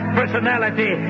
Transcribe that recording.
personality